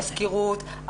מזכירות,